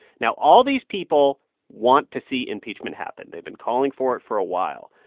now, all these people want to see impeachment happen. they've been calling for it for a while.